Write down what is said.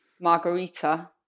margarita